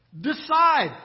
Decide